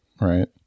right